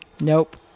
Nope